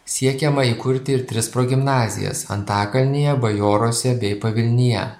siekiama įkurti ir tris progimnazijas antakalnyje bajoruose bei pavilnyje